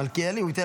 השר